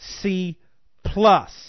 C-plus